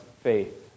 faith